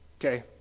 Okay